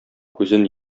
күзен